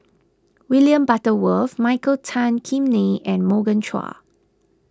William Butterworth Michael Tan Kim Nei and Morgan Chua